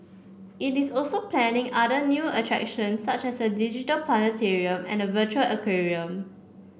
it is also planning other new attractions such as a digital planetarium and a virtual aquarium